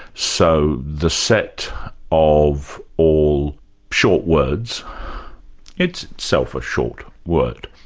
so the set of all short words it's itself a short word.